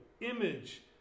image